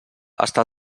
està